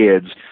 kids